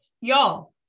Y'all